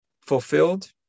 fulfilled